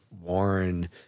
Warren